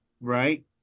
right